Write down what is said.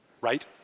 right